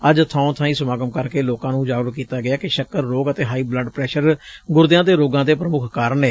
ਅੱਜ ਥਾਓ ਬਾਈਂ ਸਮਾਗਮ ਕਰਕੇ ਲੋਕਾਂ ਨੂੰ ਜਾਗਰੂਕ ਕੀਤਾ ਗਿਐ ਕਿ ਸ਼ੱਕਰ ਰੋਗ ਅਤੇ ਹਾਈ ਬਲੱਡ ਪ੍ਰੈਸ਼ਰ ਗੁਰਦਿਆਂ ਦੇ ਰੋਗਾਂ ਦੇ ਪ੍ਮੁਖ ਕਾਰਨ ਨੇ